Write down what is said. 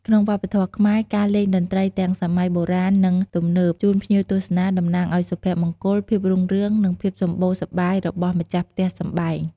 ក្នុងវប្បធម៌ខ្មែរ ការលេងតន្ត្រីទាំងសម័យបុរាណ និង ទំនើបជូនភ្ញៀវទស្សនាតំណាងឱ្យសុភមង្គល ភាពរុងរឿង និងភាពសម្បូរសប្បាយរបស់ម្ចាស់ផ្ទះសម្បែង។